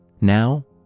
Now